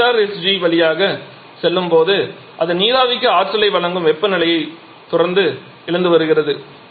இது HRSG வழியாக செல்லும்போது அது நீராவிக்கு ஆற்றலை வழங்கும் வெப்பநிலை தொடர்ந்து இழந்து வருகிறது